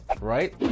right